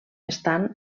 estan